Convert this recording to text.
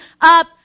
up